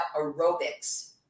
aerobics